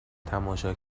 تماشا